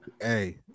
Hey